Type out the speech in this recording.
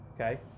okay